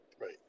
Right